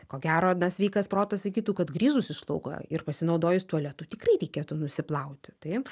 ko gero na sveikas protas sakytų kad grįžus iš lauko ir pasinaudojus tualetu tikrai reikėtų nusiplauti taip